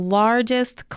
largest